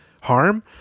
harm